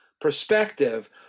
perspective